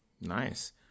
Nice